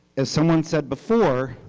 as someone said before,